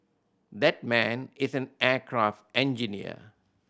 that man is an aircraft engineer